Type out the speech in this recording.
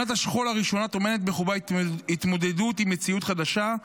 שנת השכול הראשונה טומנת בחובה התמודדות עם מציאות חדשה,